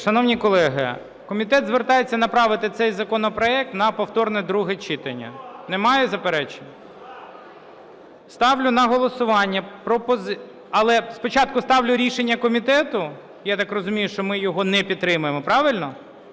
Шановні колеги, комітет звертається направити цей законопроект на повторне друге читання. Немає заперечень? Ставлю на голосування… Але спочатку ставлю рішення комітету, я так розумію, що ми його не підтримаємо. Правильно?